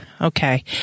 Okay